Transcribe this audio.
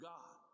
God